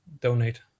donate